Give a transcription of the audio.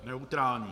Neutrální.